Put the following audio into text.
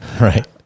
Right